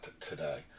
today